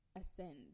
ascend